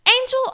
Angel